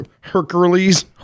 Hercules